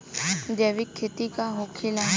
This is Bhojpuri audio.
जैविक खेती का होखेला?